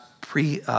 pre